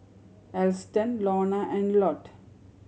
Alston Lorna and Lott